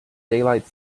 daylight